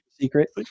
secret